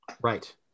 right